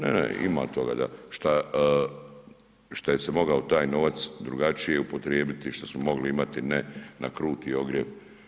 Ne, ne ima toga šta je se mogao taj novac drugačije upotrijebiti, što smo mogli imati ne na kruti ogrjev.